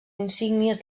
insígnies